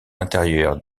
l’intérieur